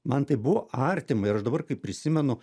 man tai buvo artima ir aš dabar kaip prisimenu